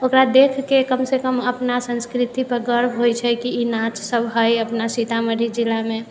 ओकरा देखिके कम सँ कम अपना संस्कृतिपर गर्व होइ छै कि ई नाच सभ हय अपना सीतामढ़ी जिलामे